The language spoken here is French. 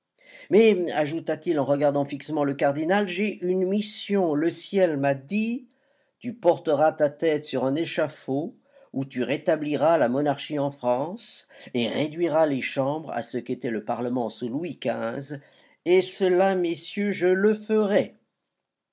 mais ajouta-t-il en regardant fixement le cardinal j'ai une mission le ciel m'a dit tu porteras ta tête sur un échafaud ou tu rétabliras la monarchie en france et réduiras les chambres à ce qu'était le parlement sous louis xv et cela messieurs je le ferai